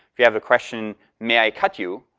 if you have a question, may i cut you?